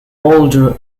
older